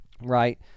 right